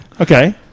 Okay